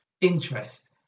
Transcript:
interest